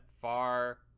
Far